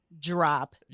drop